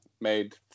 made